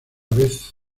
vez